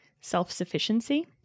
self-sufficiency